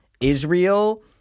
Israel